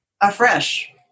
afresh